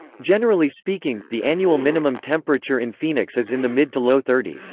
generally speaking, the annual minimum temperature in phoenix is in the mid-to-low thirty s.